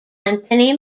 anthony